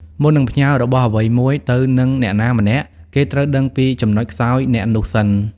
មុននឹងផ្ញើរបស់អ្វីមួយទៅនឹងអ្នកណាម្នាក់ គេត្រូវដឹងពីចំណុចខ្សោយអ្នកនោះសិន ។